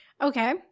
Okay